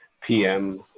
PM